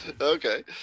Okay